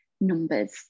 numbers